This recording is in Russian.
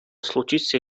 случится